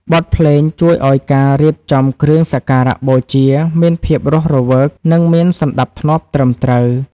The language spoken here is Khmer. បទភ្លេងជួយឱ្យការរៀបចំគ្រឿងសក្ការៈបូជា មានភាពរស់រវើក និងមានសណ្ដាប់ធ្នាប់ត្រឹមត្រូវ។